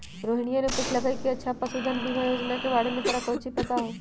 रोहिनीया ने पूछल कई कि अच्छा पशुधन बीमा योजना के बारे में तोरा काउची पता हाउ?